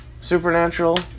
Supernatural